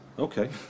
Okay